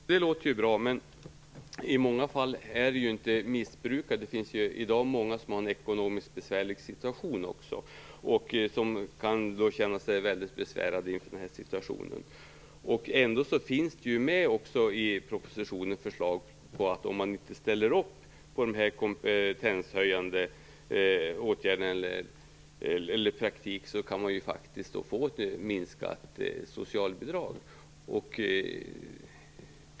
Fru talman! Det låter ju bra, men i många fall är det inte fråga om missbrukare. Det finns ju också många som i dag har en ekonomiskt besvärlig situation. De kan känna sig väldigt besvärade inför det här. Ändå finns det ju i propositionen också med ett förslag om att man, om man inte ställer upp på de kompetenshöjande åtgärderna eller praktiken, faktiskt kan få ett minskat socialbidrag.